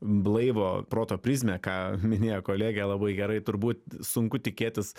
blaivo proto prizmę ką minėjo kolegė labai gerai turbūt sunku tikėtis